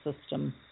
system